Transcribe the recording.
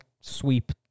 sweep